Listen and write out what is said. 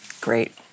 Great